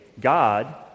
God